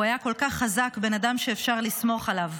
הוא היה כל כך חזק, בן אדם שאפשר לסמוך עליו.